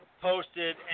posted